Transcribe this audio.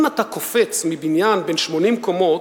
אם אתה קופץ מבניין בן 80 קומות,